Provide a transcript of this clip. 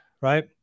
right